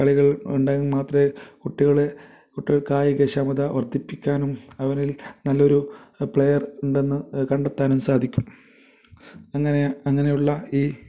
കളികൾ ഉണ്ടെങ്കിൽ മാത്രമെ കുട്ടികൾ കുട്ടികൾക്ക് കായിക ക്ഷമത വർദ്ധിപ്പിക്കാനും അതുപോലെ ഇനി നല്ലൊരു പ്ലെയർ ഉണ്ടെന്നു കണ്ടെത്താനും സാധിക്കും അങ്ങനെ അങ്ങനെയുള്ള ഈ